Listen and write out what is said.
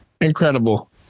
Incredible